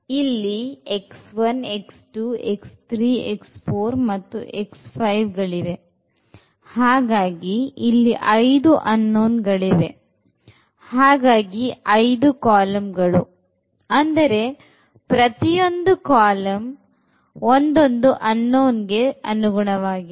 ಇಲ್ಲಿ ಗಳಿವೆ ಹಾಗಾಗಿ ಇಲ್ಲಿ 5 unknown ಗಳಿವೆ ಹಾಗಾಗಿ 05 ಕಾಲಂಗಳು ಅಂದರೆ ಪ್ರತಿಯೊಂದು ಕಾಲಂ unknown ಗೆ ಅನುಗುಣವಾಗಿದೆ